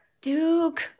Duke